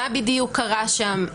מה בדיוק קרה שם.